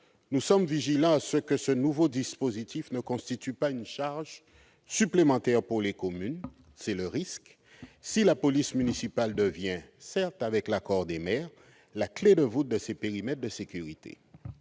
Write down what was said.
nous sommes vigilants à ce que ce nouveau dispositif ne constitue pas une charge supplémentaire pour les communes, c'est le risque, si la police municipale devient certes avec l'accord des maires, la clé de voûte de ces périmètres de sécurité,